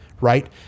Right